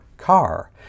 Car